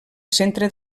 centre